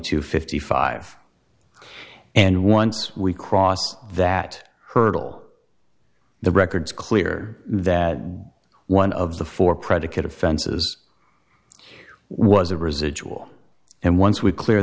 to fifty five and once we cross that hurdle the records clear that one of the four predicate offenses was a residual and once we clear